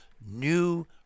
new